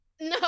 No